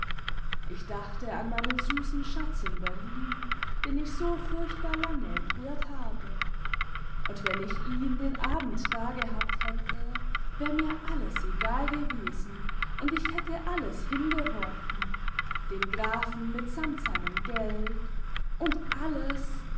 ich dachte an meinen süßen schatz in berlin den ich so furchtbar lange entbehrt habe tmd wenn ich ihn den abend da gehabt hätte war mir alles egal gewesen imd ich hätte alles hingeworfen den grafen mitsamt seinem geld und alles